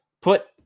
put